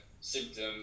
symptom